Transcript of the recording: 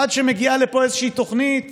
עד שמגיעה לפה איזושהי תוכנית,